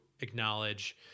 acknowledge